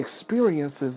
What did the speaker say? experiences